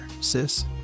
sis